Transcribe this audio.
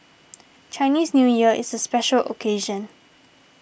Chinese New Year is a special occasion